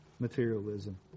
Materialism